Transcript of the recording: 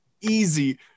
easy